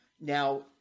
Now